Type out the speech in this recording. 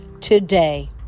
today